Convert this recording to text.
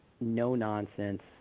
no-nonsense